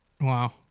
Wow